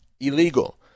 illegal